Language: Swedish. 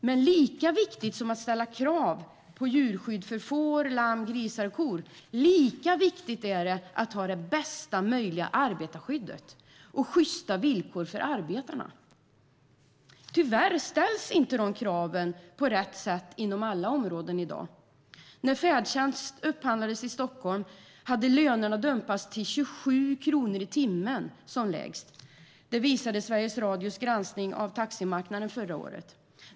Men lika viktigt som att ställa krav på djurskydd för får, lamm, grisar och kor är det att ha det bästa möjliga arbetarskyddet och sjysta villkor för arbetarna. Tyvärr ställs inte dessa krav på rätt sätt inom alla områden i dag. När färdtjänst upphandlades i Stockholm hade lönerna dumpats till 27 kronor i timmen som lägst. Det visade Sveriges Radios granskning av taximarknaden förra året.